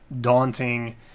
daunting